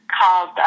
called